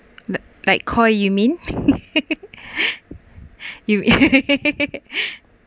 like like call you mean you